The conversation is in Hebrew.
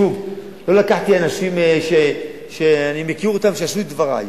שוב, לא לקחתי אנשים שאני מכיר, שיעשו את דברי.